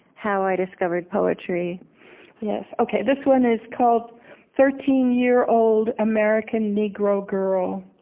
how i discovered poetry yes, ok. this one is called thirteen-year-old american negro girl.